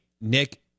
nick